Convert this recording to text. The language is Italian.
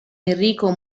enrico